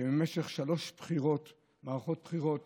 שבמשך שלוש מערכות בחירות